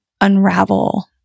unravel